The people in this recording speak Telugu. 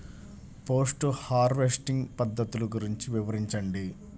పోస్ట్ హార్వెస్టింగ్ పద్ధతులు గురించి వివరించండి?